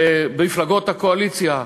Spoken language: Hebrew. במפלגות הקואליציה,